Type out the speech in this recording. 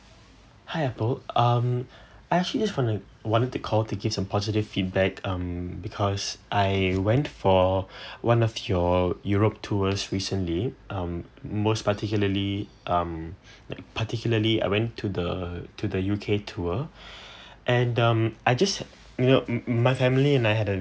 hi apple um I actually is wanna want to call to give some positive feedback um because I went for one of your europe tour recently um most particularly um particuIarly I went to the to the U_K tour and um I just you know my family and I had a